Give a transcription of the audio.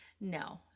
no